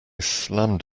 slammed